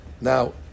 Now